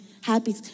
happy